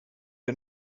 det